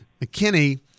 McKinney